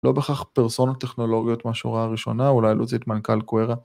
לא בהכרח פרסונות טכנולוגיות מהשורה הראשונה, אולי להוציא את מנכל קווירה.